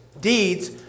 deeds